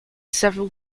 several